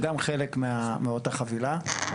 שהוא גם חלק מאותה חבילה.